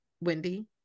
Wendy